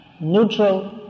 neutral